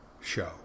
show